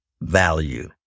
value